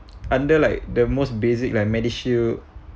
under like the most basic like medishield